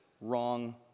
wrong